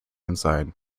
inside